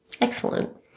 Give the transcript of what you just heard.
Excellent